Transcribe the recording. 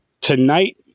tonight